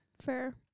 Fair